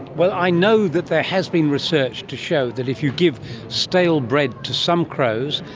well, i know that there has been research to show that if you give stale bread to some crows,